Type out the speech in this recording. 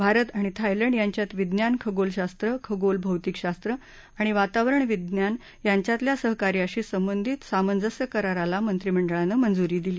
भारत आणि थायलंड यांच्यात विज्ञान खगोलशास्त्र खगोल भौतिकशास्त्र आणि वातावरण विज्ञान यांच्यातल्या सहकार्याशी संबंधित सामंजस्य कराराला मंत्रिमंडळानं मंजुरी दिली